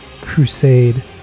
crusade